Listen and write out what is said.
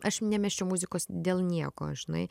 aš nemesčiau muzikos dėl nieko žinai